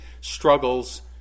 struggles